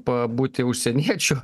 pabūti užsieniečiu